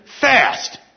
fast